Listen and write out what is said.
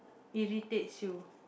irritates you